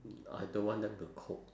I don't want them to cook